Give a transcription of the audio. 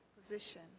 position